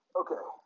okay